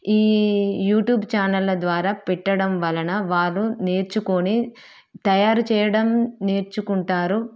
ఈ యూట్యూబ్ ఛానళ్ళ ద్వారా పెట్టడం వలన వారు నేర్చుకునే తయారు చేయడం నేర్చుకుంటారు